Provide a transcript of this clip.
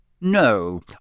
No